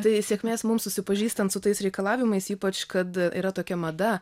tai sėkmės mums susipažįstant su tais reikalavimais ypač kad yra tokia mada